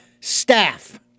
staff